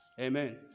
Amen